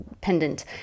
pendant